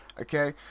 Okay